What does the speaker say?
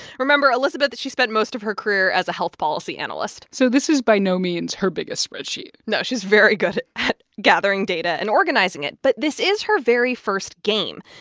remember, elizabeth she spent most of her career as a health policy analyst so this is by no means her biggest spreadsheet no, she's very good at gathering data and organizing it. but this is her very first game.